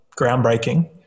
groundbreaking